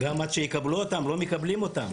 ויעבור המון זמן עד שיקבלו אותם, לא מקבלים אותם.